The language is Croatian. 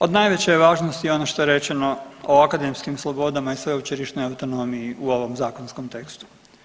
Od najveće je važnosti ono što je rečeno o akademskim slobodama i sveučilišnoj autonomiji u ovom zakonskom tekstu.